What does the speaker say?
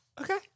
Okay